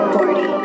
Forty